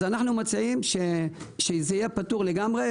אז אנו מציעים שיהיה פטור לגמרי,